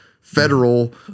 federal